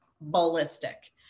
ballistic